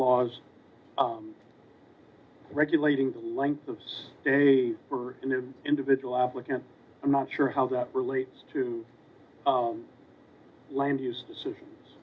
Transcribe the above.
laws regulating the length of stay for an individual applicant i'm not sure how that relates to land use decisions